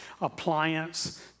appliance